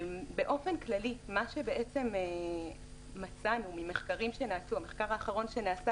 באופן כללי מה שמצאנו ממחקרים שנעשו המחקר האחרון שנעשה